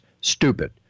Stupid